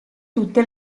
tutte